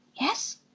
yes